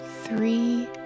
three